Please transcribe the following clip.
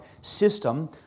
system